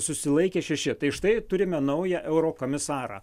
susilaikė šeši tai štai turime naują eurokomisarą